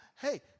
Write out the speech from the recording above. Hey